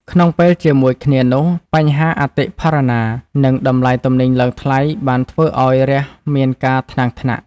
ក្នុងពេលជាមួយគ្នានោះ បញ្ហាអតិផរណា និងតម្លៃទំនិញឡើងថ្លៃបានធ្វើឱ្យរាស្ត្រមានការថ្នាំងថ្នាក់។